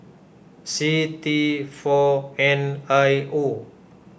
C T four N I O